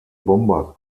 bomber